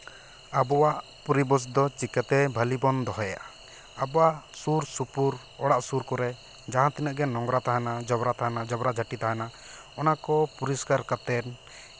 ᱟᱵᱚᱣᱟᱜ ᱯᱚᱨᱤᱵᱮᱥ ᱫᱚ ᱪᱤᱠᱟᱹᱛᱮ ᱵᱷᱟᱞᱮ ᱵᱚᱱ ᱫᱚᱦᱚᱭᱟ ᱟᱵᱚᱣᱟᱜ ᱥᱩᱨ ᱥᱩᱯᱩᱨ ᱚᱲᱟᱜ ᱥᱩᱨ ᱠᱚᱨᱮ ᱡᱟᱦᱟᱸ ᱛᱤᱱᱟᱹᱜ ᱜᱮ ᱱᱳᱝᱨᱟ ᱛᱟᱦᱮᱱᱟ ᱡᱚᱵᱽᱨᱟ ᱛᱟᱦᱮᱱᱟ ᱡᱚᱵᱽᱨᱟ ᱡᱷᱟᱹᱱᱴᱤ ᱛᱟᱦᱮᱱᱟ ᱚᱱᱟᱠᱚ ᱯᱚᱨᱤᱥᱠᱟᱨ ᱠᱟᱛᱮ